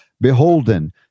beholden